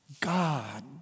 God